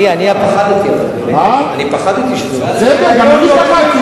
אני פחדתי שזה, בסדר, גם אני פחדתי.